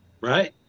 Right